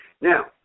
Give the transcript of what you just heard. Now